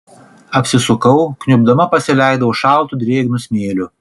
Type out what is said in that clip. apsisukau kniubdama pasileidau šaltu drėgnu smėliu